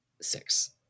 six